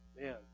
man